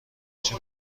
بچه